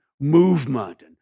movement